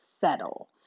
settle